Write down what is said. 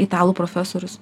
italų profesorius